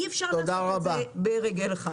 זה לא דבר שאפשר לעשות ברגל אחת.